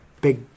big